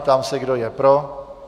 Ptám se, kdo je pro?